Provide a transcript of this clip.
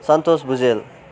Santosh Bhujel